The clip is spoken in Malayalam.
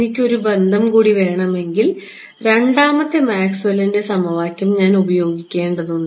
എനിക്ക് ഒരു ബന്ധം കൂടി വേണമെങ്കിൽ രണ്ടാമത്തെ മാക്സ്വെല്ലിന്റെ സമവാക്യം ഞാൻ ഉപയോഗിക്കേണ്ടതുണ്ട്